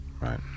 right